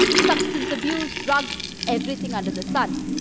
substance abuse, drugs, everything under the sun.